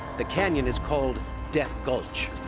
the canyon is called death gulch.